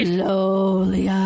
Slowly